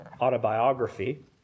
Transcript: autobiography